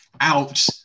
out